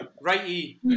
Righty